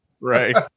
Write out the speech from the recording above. Right